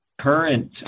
current